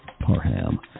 Parham